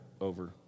over